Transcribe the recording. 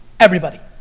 everybody.